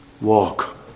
walk